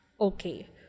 Okay